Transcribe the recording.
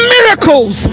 Miracles